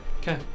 Okay